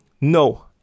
No